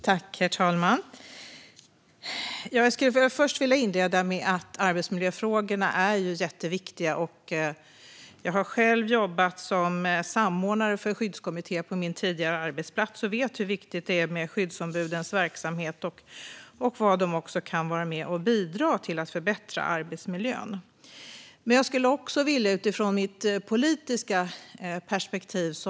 Herr talman! Jag vill inleda med att säga att arbetsmiljöfrågorna är jätteviktiga. Jag har själv jobbat som samordnare för skyddskommittén på min tidigare arbetsplats och vet hur viktig skyddsombudens verksamhet är. Jag vet också vad de kan vara med och bidra till när det handlar om att förbättra arbetsmiljön. Jag vill också ta upp detta ur mitt politiska perspektiv.